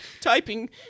typing